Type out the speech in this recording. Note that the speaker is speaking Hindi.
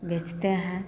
बेचते हैं